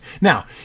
Now